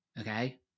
Okay